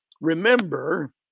remember